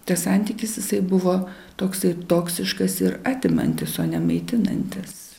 tas santykis jisai buvo toksai toksiškas ir atimantis o ne maitinantis